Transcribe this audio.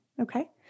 Okay